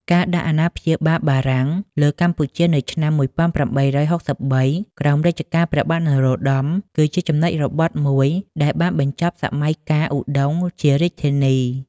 ការដាក់អាណាព្យាបាលបារាំងលើកម្ពុជានៅឆ្នាំ ១៨៦៣ ក្រោមរជ្ជកាលព្រះបាទនរោត្តម គឺជាចំណុចរបត់មួយដែលបានបញ្ចប់សម័យកាលឧដុង្គជារាជធានី។